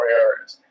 areas